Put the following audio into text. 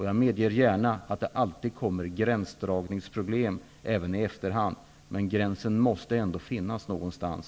Jag medger gärna att det alltid uppstår gränsdragningsproblem även i efterhand. Men gränsen måste ändå dras någonstans.